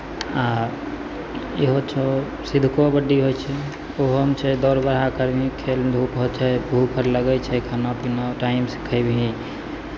आ इहो छौ सिधो कबड्डी होइ छै ओहोमे छै दौड़ बरहा करबिही खेल धूप होइ छै भूख अर लगै छै खाना पिना टाइमसँ खयबिहीन